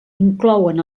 inclouen